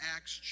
Acts